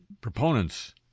proponents